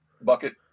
bucket